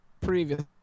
previous